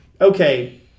okay